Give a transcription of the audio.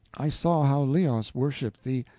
i saw how leos worshiped thee.